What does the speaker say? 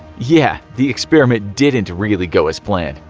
yeah the experiment didn't really go as planned.